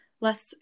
less